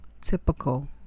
typical